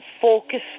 focus